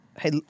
Hey